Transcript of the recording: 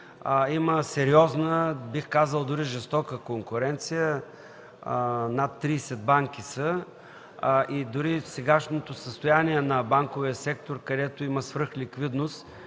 има сериозна, бих казал, дори жестока конкуренция – над 30 банки са. Дори и сегашното състояние на банковия сектор, където има свръхликвидност,